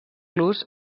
los